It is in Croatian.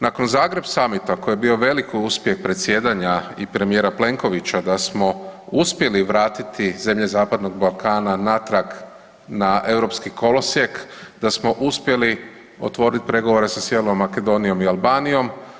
Nakon Zagreb samita koji je bio veliki uspjeh predsjedanja i premijera Plenkovića da smo uspjeli vratiti zemlje zapadnog Balkana natrag na europski kolosjek, da smo uspjeli otvoriti pregovore sa Sjevernom Makedonijom i Albanijom.